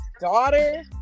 daughter